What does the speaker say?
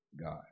God